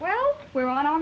well we're on